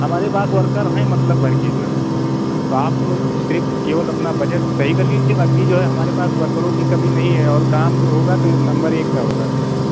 हमारे पास वर्कर हैं मतलब भरकर जो है तो आप लोग सिर्फ केवल अपना बजट सही कर लीजिए बाक़ी जो है हमारे पास वर्करों की कमी नहीं है और काम जो होगा तो यह नंबर एक का होगा आपके वहाँ